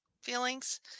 feelings